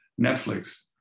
Netflix